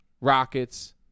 Rockets